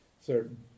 certain